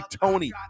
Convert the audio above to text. Tony